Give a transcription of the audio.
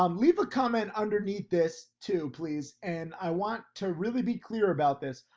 um leave a comment underneath this too please and i want to really be clear about this.